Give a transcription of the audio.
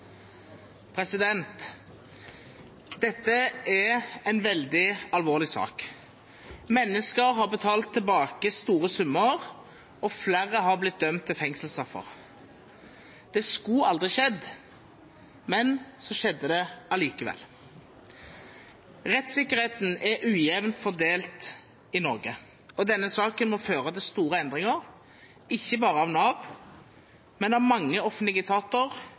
Dette er en veldig alvorlig sak. Mennesker har betalt tilbake store summer, og flere har blitt dømt til fengselsstraffer. Det skulle aldri ha skjedd, men det skjedde likevel. Rettssikkerheten er ujevnt fordelt i Norge, og denne saken må føre til store endringer, ikke bare i Nav, men også i mange offentlige